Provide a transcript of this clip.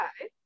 Okay